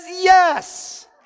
yes